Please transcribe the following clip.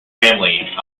family